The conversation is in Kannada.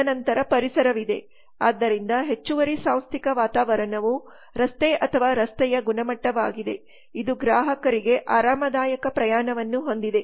ತದನಂತರ ಪರಿಸರವಿದೆ ಆದ್ದರಿಂದ ಹೆಚ್ಚುವರಿ ಸಾಂಸ್ಥಿಕ ವಾತಾವರಣವು ರಸ್ತೆ ಅಥವಾ ರಸ್ತೆಯ ಗುಣಮಟ್ಟವಾಗಿದೆ ಇದು ಗ್ರಾಹಕರಿಗೆ ಆರಾಮದಾಯಕ ಪ್ರಯಾಣವನ್ನು ಹೊಂದಿದೆ